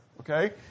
okay